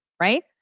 right